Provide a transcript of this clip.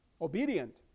Obedient